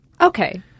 Okay